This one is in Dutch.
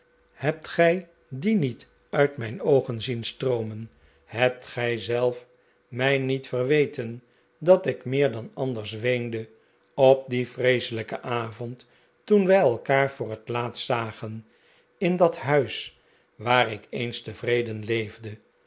hebt gij die niet uit mijn oogen zl'en stroomen hebt gij zelf mij niet verweten dat ik meer dan anders weende op dien vreeselijken avond toen wij elkaar voor het laatst zagen in dat huis waar ik eens tevreden leefde